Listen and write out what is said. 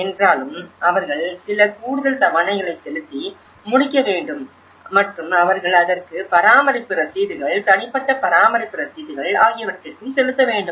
ஏனென்றால் அவர்கள் சில கூடுதல் தவணைகளை செலுத்தி முடிக்க வேண்டும் மற்றும் அவர்கள் அதற்கு பராமரிப்பு ரசீதுகள் தனிப்பட்ட பராமரிப்பு ரசீதுகள் ஆகியவற்றிற்கும் செலுத்த வேண்டும்